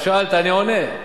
שאלת, אני עונה.